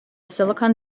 silicon